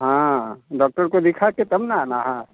हाँ डॉक्टर को दिखा कर तब ना आना है